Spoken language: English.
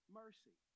mercy